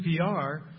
CPR